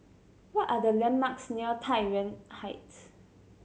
what are the landmarks near Tai Yuan Heights